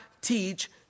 teach